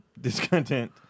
discontent